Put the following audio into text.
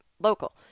local